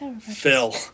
Phil